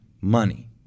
money